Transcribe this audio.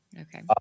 Okay